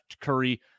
Curry